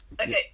Okay